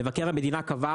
מבקר המדינה קבע